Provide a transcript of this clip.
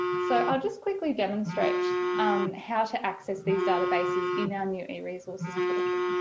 so i'll just quickly demonstrate how to access these databases in our new eresources portal.